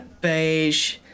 Beige